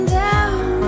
down